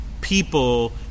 people